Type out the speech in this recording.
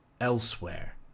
elsewhere